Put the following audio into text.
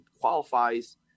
qualifies